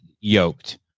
yoked